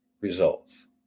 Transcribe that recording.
results